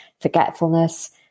forgetfulness